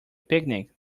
picnic